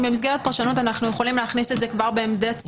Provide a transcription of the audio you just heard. אם במסגרת פרשנות אנחנו יכולים להכניס את זה כבר בעמדת סגל,